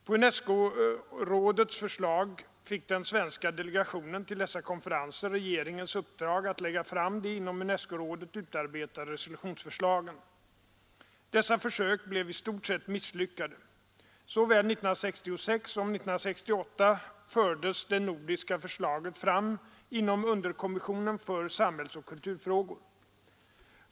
På UNESCO-rådets förslag fick den svenska delegationen till dessa konferenser regeringens uppdrag att lägga fram de inom UNESCO-rådet utarbetade resolutionsförslagen. Dessa försök blev i stort sett misslyckade. Såväl 1966 som 1968 fördes det nordiska förslaget fram inom underkommissionen för samhällsoch kulturfrågor.